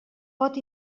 pot